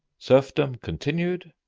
serfdom continued,